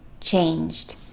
changed